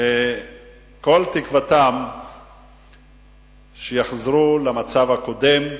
שכל תקוותם שיחזרו למצב הקודם,